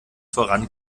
voran